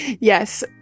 Yes